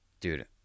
Dude